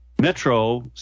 Metro